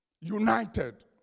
United